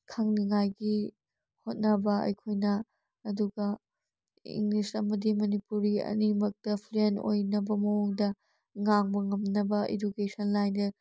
ꯈꯪꯅꯤꯡꯉꯥꯏꯒꯤ ꯍꯣꯠꯅꯕ ꯑꯩꯈꯣꯏꯅ ꯑꯗꯨꯒ ꯏꯪꯂꯤꯁ ꯑꯃꯗꯤ ꯃꯅꯤꯄꯨꯔꯤ ꯑꯅꯤꯃꯛꯇ ꯐ꯭ꯂꯨꯌꯦꯟ ꯑꯣꯏꯅꯕ ꯃꯑꯣꯡꯗ ꯉꯥꯡꯕ ꯉꯝꯅꯕ ꯏꯗꯨꯀꯦꯁꯟ ꯂꯥꯏꯟꯗ